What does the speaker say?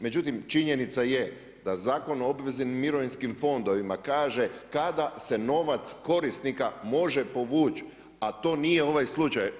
Međutim, činjenica je da Zakon o obveznim mirovinskim fondovima kaže kada se novac korisnika može povući, a to nije ovaj slučaj.